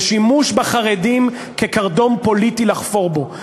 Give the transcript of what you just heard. בשימוש בחרדים כקרדום פוליטי לחפור בו.